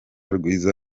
rwiza